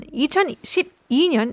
2012년